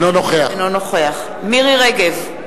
אינו נוכח מירי רגב,